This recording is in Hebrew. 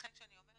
לכן אני אומרת,